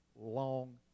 long